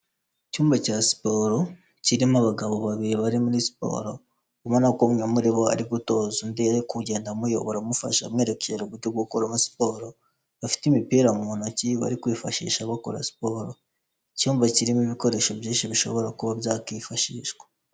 Icyumba cya siporo kirimo abagabo babiri bari muri siporo, ubona ko umwe muri bo ari gutoza undi, ari kugenda amuyobora amufasha amwerekera gute gukuramo siporo, bafite imipira mu ntoki bari kwifashisha bakora siporo. Icyumba kirimo ibikoresho byinshi bishobora kuba byakifashishwa.